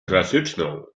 klasyczną